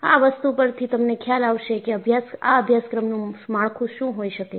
આ વસ્તુ પરથી તમને ખ્યાલ આવશે કે આ અભ્યાસક્રમનું માળખું શું હોઈ શકે છે